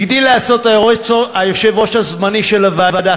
הגדיל לעשות היושב-ראש הזמני של הוועדה,